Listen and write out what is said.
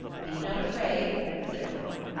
be not afraid, said thor.